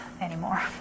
anymore